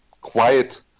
quiet